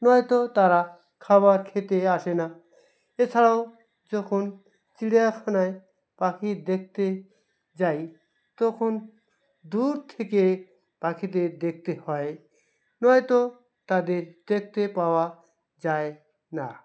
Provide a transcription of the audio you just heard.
নয়তো তারা খাবার খেতে আসে না এছাড়াও যখন চিড়িয়াখানায় পাখি দেখতে যাই তখন দূর থেকে পাখিদের দেখতে হয় নয়তো তাদের দেখতে পাওয়া যায় না